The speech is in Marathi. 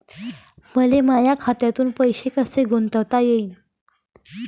मले माया खात्यातून पैसे कसे गुंतवता येईन?